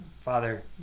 Father